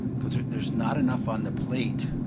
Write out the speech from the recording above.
cause there's not enough on the plate